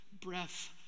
breath